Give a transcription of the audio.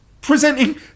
Presenting